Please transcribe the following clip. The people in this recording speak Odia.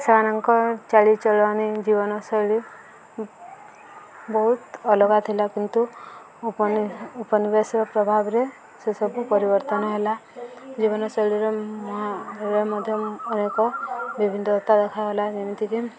ସେମାନଙ୍କ ଚାଲିଚଳଣି ଜୀବନଶୈଳୀ ବହୁତ ଅଲଗା ଥିଲା କିନ୍ତୁ ଉପନିବେସର ପ୍ରଭାବରେ ସେସବୁ ପରିବର୍ତ୍ତନ ହେଲା ଜୀବନଶୈଳୀର ମ ମଧ୍ୟ ଅନେକ ବିଭିନ୍ନତା ଦେଖାହଲା ଯେମିତିକି